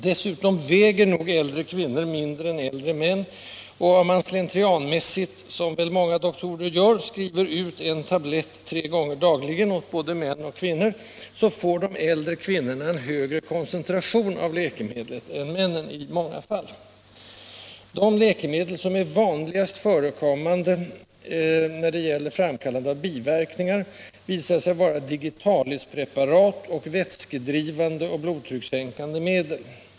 Dessutom väger nog äldre kvinnor mindre än äldre män, och om man slentrianmässigt, som väl många doktorer gör, skriver ut en tablett att tas tre gånger dagligen åt både män och kvinnor, får de äldre kvinnorna i många fall en högre koncentration av läkemedlet än männen. De läkemedel som oftast framkallar biverkningar visar sig vara digitalispreparat samt vätskedrivande och blodtryckssänkande medel.